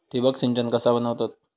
ठिबक सिंचन कसा बनवतत?